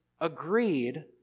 agreed